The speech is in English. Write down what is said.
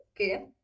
okay